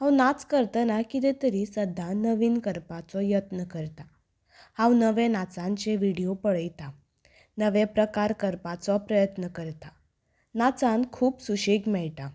हांव नाच करतना कितें तरी सदां नवीन करपाचो यत्न करतां हांवें नवे नाचांचे व्हिडियो पळयतां नवे प्रकार करपाचो प्रयत्न करतां नाचांत खूब सुशेग मेळटा